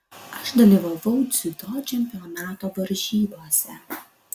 aš dalyvavau dziudo čempionato varžybose